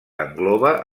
engloba